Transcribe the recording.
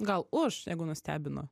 gal už jeigu nustebino